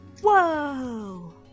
whoa